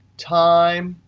time,